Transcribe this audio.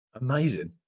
Amazing